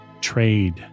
trade